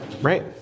right